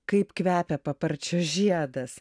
kaip kvepia paparčio žiedas